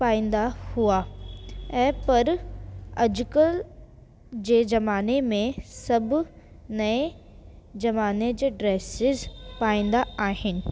पाईंदा हुआ ऐं पर अॼुकल्ह जे ज़माने में सभु नएं ज़माने जा ड्रेसीस पाईंदा आहिनि